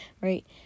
right